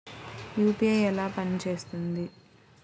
UPI ఎలా పనిచేస్తుంది?